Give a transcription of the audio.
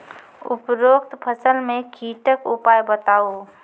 उपरोक्त फसल मे कीटक उपाय बताऊ?